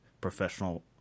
professional